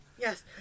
Yes